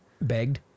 Begged